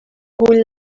cull